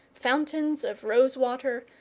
fountains of rosewater,